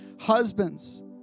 Husbands